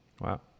Wow